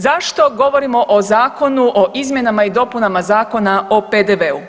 Zašto govorimo o zakonu o izmjenama i dopunama Zakona o PDV-u?